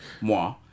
Moi